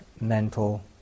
mental